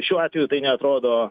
šiuo atveju tai neatrodo